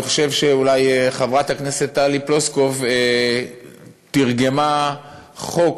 אני חושב שחברת הכנסת טלי פלוסקוב תרגמה חוק